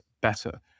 better